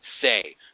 say